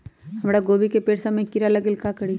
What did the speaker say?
हमरा गोभी के पेड़ सब में किरा लग गेल का करी?